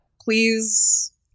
Please